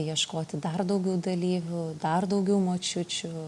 ieškoti dar daugiau dalyvių dar daugiau močiučių